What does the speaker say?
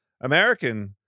American